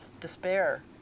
despair